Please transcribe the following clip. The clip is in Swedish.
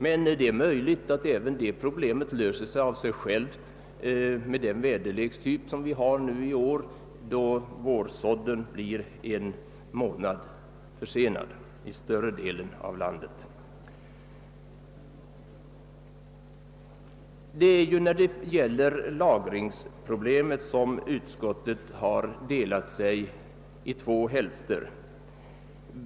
Men det är kanske möjligt att det problemet löser sig av sig självt med den väderlekstyp som vi har i år, då vårsådden blir en månad försenad i större delen av landet.